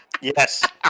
Yes